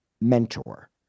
mentor